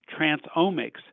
transomics